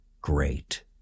great